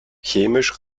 chemisch